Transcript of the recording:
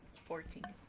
fourteen.